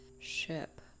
ship